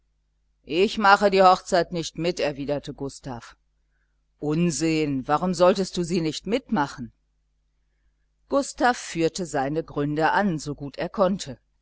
ich mache die hochzeit nicht mit erwiderte gustav unsinn warum solltest du sie nicht mitmachen gustav führte seine gründe an so gut er konnte